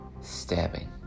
stabbing